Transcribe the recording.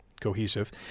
cohesive